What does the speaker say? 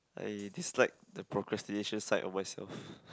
I dislike the procrastination side of myself